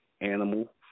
animal